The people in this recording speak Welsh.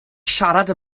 siarad